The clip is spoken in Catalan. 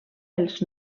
els